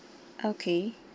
okay